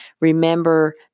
remember